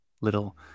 little